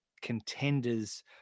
contenders